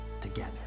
together